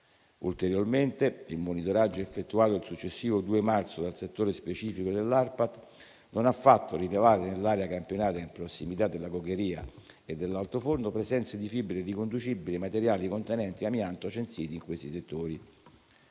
Ulteriormente, il monitoraggio effettuato il successivo 2 marzo dal settore specifico dell'ARPAT non ha fatto rilevare nell'area campionata in prossimità della cokeria e dell'altoforno presenze di fibre riconducibili ai materiali contenenti amianto censiti in questi settori.